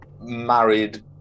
married